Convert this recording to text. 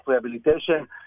rehabilitation